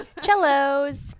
Cellos